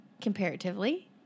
comparatively